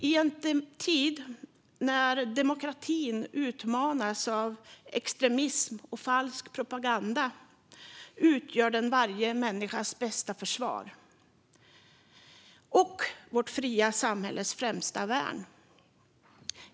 I en tid när demokratin utmanas av extremism och falsk propaganda utgör detta varje människas bästa försvar och vårt fria samhälles främsta värn.